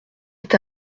est